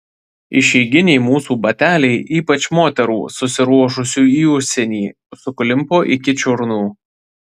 išeiginiai mūsų bateliai ypač moterų susiruošusių į užsienį suklimpo iki čiurnų